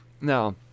Now